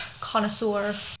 connoisseur